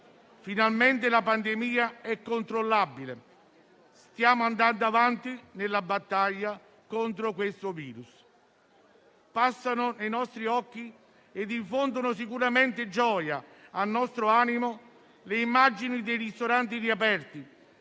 finalmente la pandemia è controllabile. Stiamo andando avanti nella battaglia contro il virus. Passano ai nostri occhi - e infondono sicuramente gioia al nostro animo - le immagini dei ristoranti riaperti,